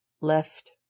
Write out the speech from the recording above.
Left